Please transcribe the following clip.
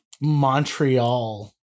Montreal